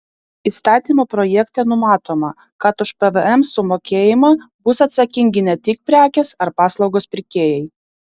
įstatymo projekte numatoma kad už pvm sumokėjimą bus atsakingi ne tik prekės ar paslaugos pirkėjai